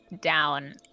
down